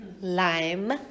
lime